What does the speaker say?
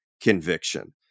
conviction